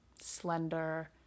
slender